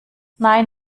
nein